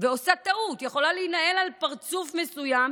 ועושה טעות, היא יכולה להינעל על פרצוף מסוים